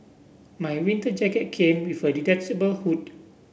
my winter jacket came with a detachable hood